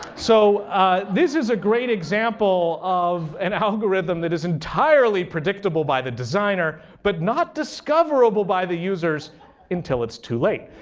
so this is a great example of an algorithm that is entirely predictable by the designer but not discoverable by the users until it's too late.